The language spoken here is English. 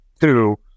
Two